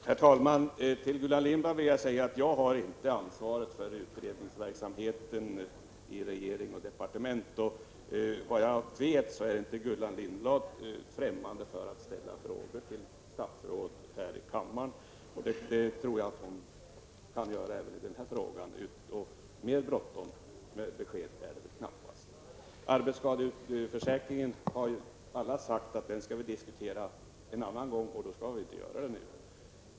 Herr talman! Till Gullan Lindblad vill jag säga att jag inte har ansvaret för utredningsverksamheten i regering och departement. Gullan Lindblad är inte främmande för att ställa frågor till statsråd här i kammaren, och det kan hon göra även i denna fråga — mer bråttom med besked är det knappast. Alla har sagt att arbetsskadeförsäkringen skall diskuteras en annan gång, och då skall vi inte diskutera den nu.